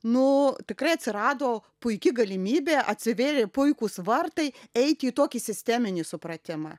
nu tikrai atsirado puiki galimybė atsivėrė puikūs vartai eiti į tokį sisteminį supratimą